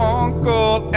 uncle